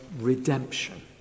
redemption